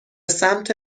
سمت